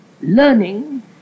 learning